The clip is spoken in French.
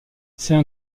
c’est